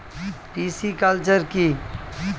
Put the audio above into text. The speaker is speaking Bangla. পিসিকালচার কি?